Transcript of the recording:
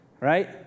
right